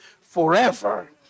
forever